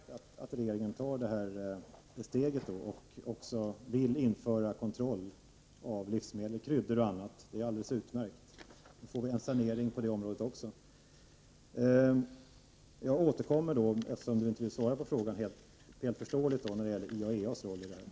Herr talman! Jag tycker att det är utmärkt att regeringen tar det här steget och också vill införa kontroll av livsmedel, kryddor och annat. Då får vi en sanering på det området också. Jag återkommer beträffande TAEA:s roll i det här sammanhanget, eftersom Mats Hellström inte vill svara på den frågan i dag.